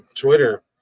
Twitter